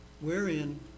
wherein